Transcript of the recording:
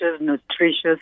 nutritious